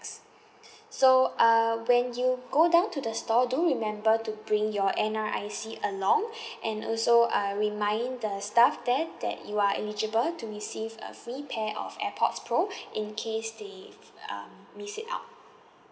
so uh when you go down to the store do remember to bring your N_R_I_C along and also uh remind the staff there that you are eligible to receive a free pair of airpods pro in case they um miss it out